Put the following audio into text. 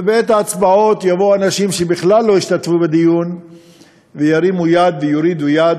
ובהצבעות יבואו אנשים שבכלל לא השתתפו בדיון וירימו יד ויורידו יד.